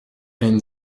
einen